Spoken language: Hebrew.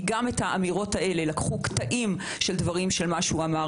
כי גם פה לקחו קטעים של דברים שהוא אמר,